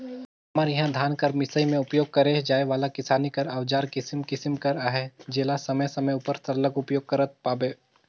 हमर इहा धान कर मिसई मे उपियोग करे जाए वाला किसानी कर अउजार किसिम किसिम कर अहे जेला समे समे उपर सरलग उपियोग करत पाबे